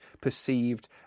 perceived